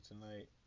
tonight